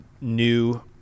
new